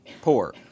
poor